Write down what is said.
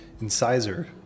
Incisor